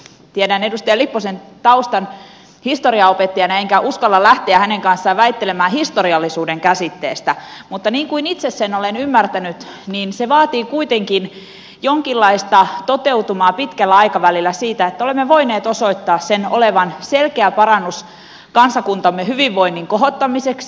tiedän edustaja lipposen taustan historianopettajana enkä uskalla lähteä hänen kanssaan väittelemään historiallisuuden käsitteestä mutta niin kuin itse sen olen ymmärtänyt niin se vaatii kuitenkin jonkinlaista toteutumaa pitkällä aikavälillä siitä että olemme voineet osoittaa sen olevan selkeä parannus kansakuntamme hyvinvoinnin kohottamiseksi